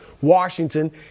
Washington